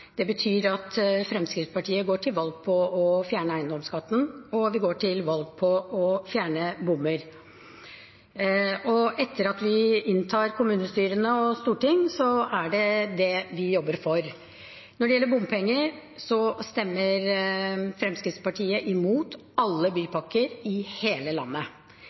Det betyr at Fremskrittspartiet går til valg på å fjerne eiendomsskatten, og at vi går til valg på å fjerne bommer. Etter å ha inntatt kommunestyrer og storting, er det det vi jobber for. Når det gjelder bompenger, stemmer Fremskrittspartiet imot alle bypakker i hele landet.